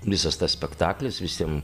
visas tas spektaklis visiem